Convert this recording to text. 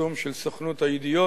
הפרסום של סוכנות הידיעות